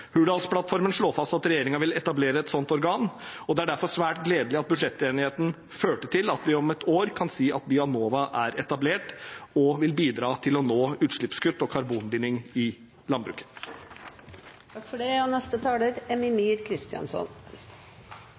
Hurdalsplattformen slår fast at regjeringen vil etablere et slikt organ, og det er derfor svært gledelig at budsjettenigheten førte til at vi om ett år kan si at Bionova er etablert og vil bidra til å nå utslippskutt og karbonbinding i landbruket. Jeg vil bare takke regjeringen og SV for det